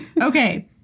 Okay